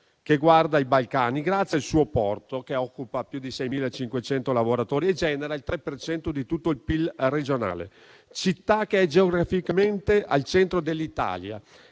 che guarda ai Balcani, grazie al suo porto che occupa più di 6.500 lavoratori e genera il 3 per cento di tutto il PIL regionale, Ancona è geograficamente al centro dell'Italia